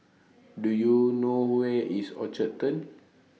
Do YOU know Where IS Orchard Turn